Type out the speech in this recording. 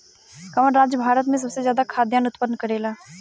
कवन राज्य भारत में सबसे ज्यादा खाद्यान उत्पन्न करेला?